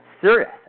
serious